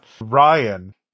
Ryan